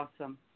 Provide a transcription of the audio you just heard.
awesome